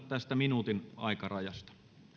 tästä minuutin aikarajasta